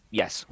yes